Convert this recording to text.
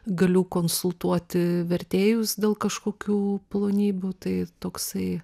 galiu konsultuoti vertėjus dėl kažkokių plonybių tai toksai